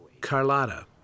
Carlotta